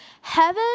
heaven